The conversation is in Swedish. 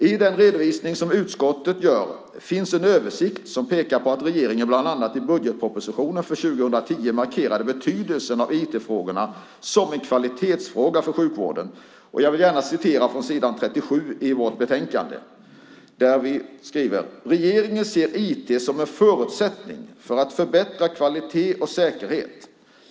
I den redovisning som utskottet gör finns en översikt som pekar på att regeringen bland annat i budgetpropositionen för 2010 markerade betydelsen av IT-frågorna som en kvalitetsfråga för sjukvården. Jag vill gärna citera från s. 37 i vårt betänkande: "Regeringen ser IT som en förutsättning för att förbättra sjukvårdens kvalitet och säkerhet.